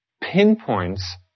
pinpoints